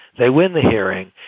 they win the hearing.